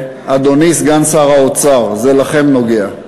ואדוני סגן שר האוצר, זה נוגע לכם.